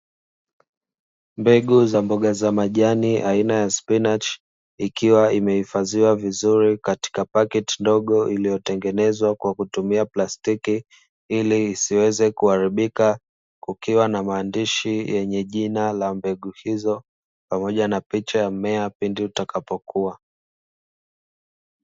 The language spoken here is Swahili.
Mbegu za mboga za majani aina ya spinach ikiwa imehifadhiwa vizuri katika paketi ndogo iliyotengenezwa kwa kutumia plastiki, ili isiweze kuharibika kukiwa na maandishi yenye jina la mbegu hizo pamoja na picha ya mmea pendo utakapokuwa.